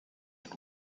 and